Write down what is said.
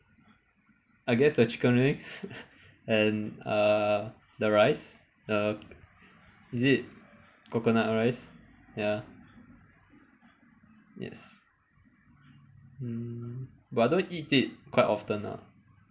I guess the chicken wings and uh the rice err is it coconut rice ya yes mm but I don't eat it quite often ah